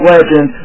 Legend